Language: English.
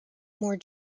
more